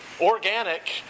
organic